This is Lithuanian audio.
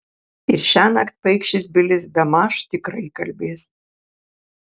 ir šiąnakt paikšis bilis bemaž tikrai kalbės